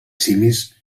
simis